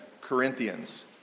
Corinthians